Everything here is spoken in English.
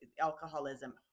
alcoholism